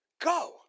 Go